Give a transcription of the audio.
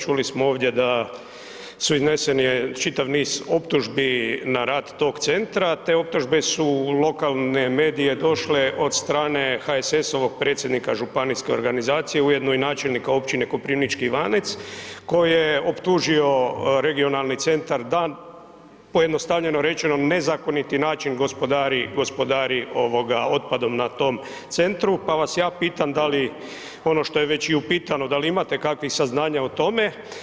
Čuli smo ovdje da su izneseni čitav niz optužbi na rad tog centra, te optužbe su u lokalne medije došle od strane HSS-ovog predsjednika županijske organizacije, ujedno i načelnika općine Koprivnički Ivanec koji je optužio regionalni centar da pojednostavljeno rečeno, nezakoniti način gospodari otpadom na tom centru pa vas ja pitam, da li, ono što je već i upitano, da li imate kakvih saznanja o tome?